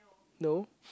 no